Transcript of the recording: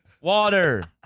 Water